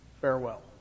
farewell